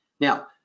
Now